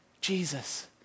Jesus